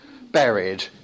buried